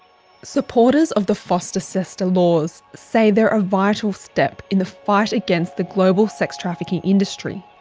supporters of the fosta-sesta laws say they're a vital step in the fight against the global sex trafficking industry,